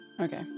Okay